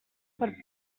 per